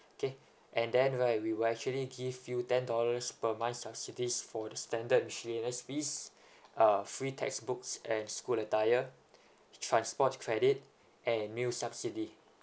okay and then right we will actually give you ten dollars per month subsidies for the standard miscellaneous fees uh free textbooks and school attire transport credit and meal subsidy